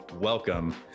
Welcome